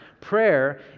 Prayer